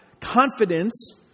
confidence